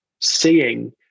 seeing